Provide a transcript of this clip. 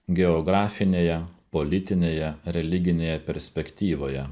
geografinėje politinėje religinėje perspektyvoje